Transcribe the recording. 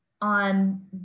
on